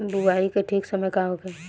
बुआई के ठीक समय का होखे?